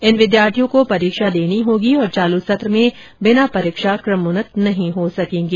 इन विद्यार्थियों को परीक्षा देनी होगी और चालू सत्र में बिना परीक्षा कमोन्नत नहीं हो सकेंगे